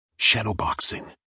Shadowboxing